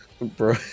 Bro